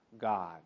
God